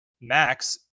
max